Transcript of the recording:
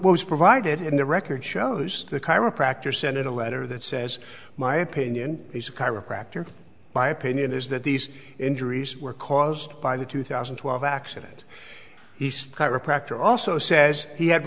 what was provided in the record shows the chiropractor send in a letter that says my opinion is a chiropractor by opinion is that these injuries were caused by the two thousand and twelve accident he says chiropractor also says he had